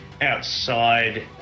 outside